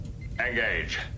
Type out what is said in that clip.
engage